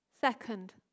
Second